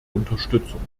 unterstützung